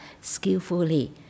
skillfully